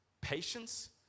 patience